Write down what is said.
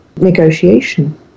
negotiation